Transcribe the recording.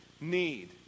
need